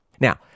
Now